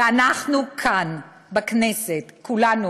ואנחנו כאן, בכנסת, כולנו